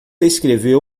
escreveu